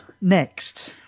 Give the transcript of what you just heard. next